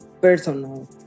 personal